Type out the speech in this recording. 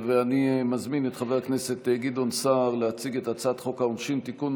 אני מזמין את חבר הכנסת גדעון סער להציג את הצעת חוק העונשין (תיקון,